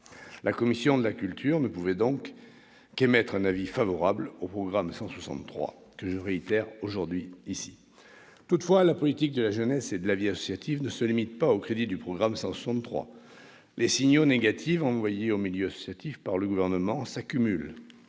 La commission de la culture ne pouvait donc qu'émettre un avis favorable sur le programme 163, que je réitère aujourd'hui. Cependant, la politique de la jeunesse et de la vie associative ne se limite pas aux crédits de ce programme. Les signaux négatifs envoyés au milieu associatif par le Gouvernement s'accumulent.